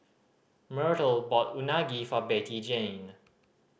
Myrtle bought Unagi for Bettyjane